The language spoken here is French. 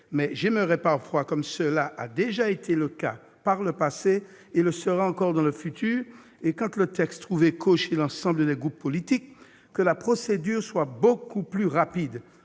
Mais j'aimerais parfois, comme cela a déjà été le cas par le passé et le sera encore dans le futur, quand le texte trouve écho auprès de l'ensemble des groupes politiques, que la procédure soit beaucoup plus rapide.